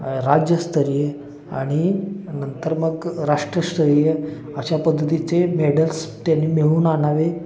राज्यस्तरीय आणि नंतर मग राष्ट्रस्तरीय अशा पद्धतीचे मेडल्स त्यानी मिळून आणावे